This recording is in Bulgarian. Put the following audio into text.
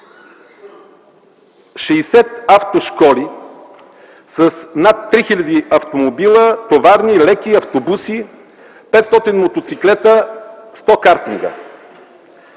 60 автошколи с над 3 хил. автомобила – товарни, леки, автобуси, 500 мотоциклета, 100 картинга.